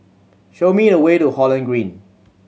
show me the way to Holland Green